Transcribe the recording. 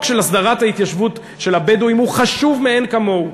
החוק של הסדרת ההתיישבות של הבדואים הוא חשוב מאין כמוהו.